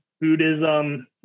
Buddhism